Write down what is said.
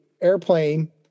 airplane